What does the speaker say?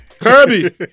Kirby